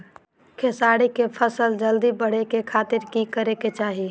खेसारी के फसल जल्दी बड़े के खातिर की करे के चाही?